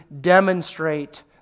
demonstrate